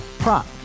Prop